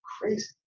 crazy